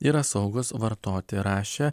yra saugūs vartoti rašė